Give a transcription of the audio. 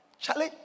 Charlie